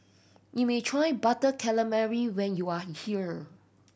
you may try Butter Calamari when you are here